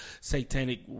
satanic